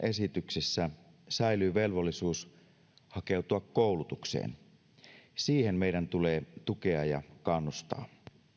esityksessä säilyy velvollisuus hakeutua koulutukseen siihen meidän tulee tukea ja kannustaa